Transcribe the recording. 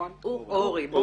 אני